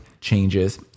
changes